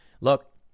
look